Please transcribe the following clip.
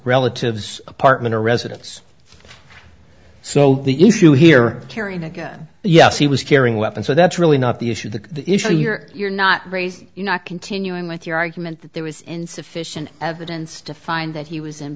relatives apartment or residence so the issue here terry make yes he was carrying weapons so that's really not the issue the issue here you're not raise you not continuing with your argument that there was insufficient evidence to find that he was in